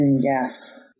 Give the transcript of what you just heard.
yes